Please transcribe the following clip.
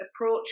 approach